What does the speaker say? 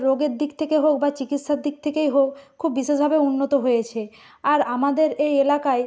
রোগের দিক থেকে হোক বা চিকিৎসার দিক থেকেই হোক খুব বিশেষভাবে উন্নত হয়েছে আর আমাদের এই এলাকায়